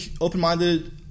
open-minded